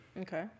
Okay